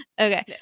Okay